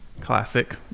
Classic